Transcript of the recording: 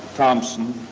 thompson,